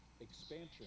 expansion